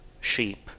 sheep